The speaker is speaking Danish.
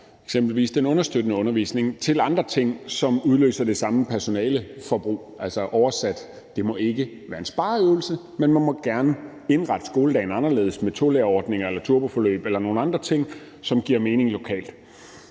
eksempelvis den understøttende undervisning til andre ting, som udløser det samme personaleforbrug, altså oversat: Det må ikke være en spareøvelse, men man må gerne indrette skoledagen anderledes med tolærerordninger eller turboforløb eller nogle andre ting, som giver mening lokalt.